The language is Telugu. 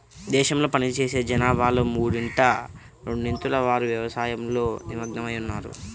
దేశంలో పనిచేసే జనాభాలో మూడింట రెండొంతుల వారు వ్యవసాయంలో నిమగ్నమై ఉన్నారు